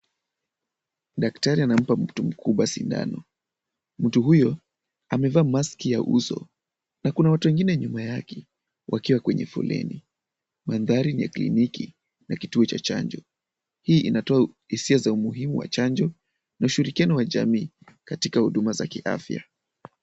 Daktari anampa mtu mkubwa sindano. Mtu huyo amevaa maski ya uso na kuna watu wengine nyuma yake wakiwa kwenye foleni. Mandhari ni ya kliniki na kituo cha chanjo. Hii inatoa hisia za umuhimu wa chanjo na ushirikiano wa jamii katika huduma za kiafya.